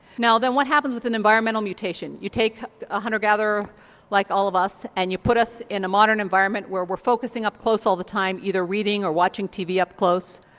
now then what happens with an environmental mutation? you take a hunter gatherer like all of us and you put us in a modern environment where we're focusing up close all the time either reading or watching tv up close,